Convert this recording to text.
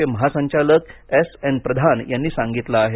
चे महासंचालक S N Pradhan यांनी सांगितलं आहे